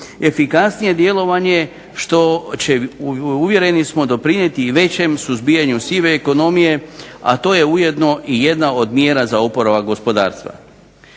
efikasnije djelovanje što će uvjereni smo doprinijeti i većem suzbijanju sive ekonomije, a to je ujedno i jedna od mjera za oporavak gospodarstva.